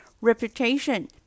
reputation